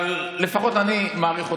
אבל לפחות אני מעריך אותך.